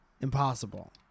impossible